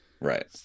Right